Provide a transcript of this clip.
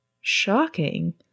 shocking